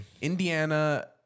Indiana